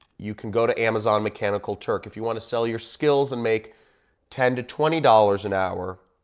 you can go to amazon mechanical turk. if you wanna sell your skills and make ten to twenty dollars an hour.